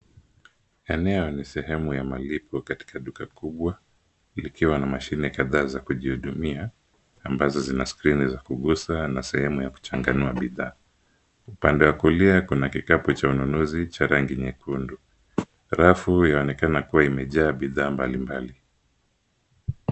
Eneo ni sehemu ya malipo katika duka kubwa, likiwa na mashine kadhaa za kujihudumia ambazo zina skrini za kugusa na sehemu ya kuchanganua bidhaa. Upande wa kulia kuna kikapu cha ununuzi cha rangi nyekundu. Rafu yaonekana kuwa imejaa bidhaa mbalimbali.